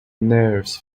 nerves